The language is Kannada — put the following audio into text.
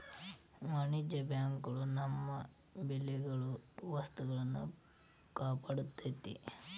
ವಾಣಿಜ್ಯ ಬ್ಯಾಂಕ್ ಗಳು ನಮ್ಮ ಬೆಲೆಬಾಳೊ ವಸ್ತುಗಳ್ನ ಕಾಪಾಡ್ತೆತಿ